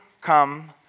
come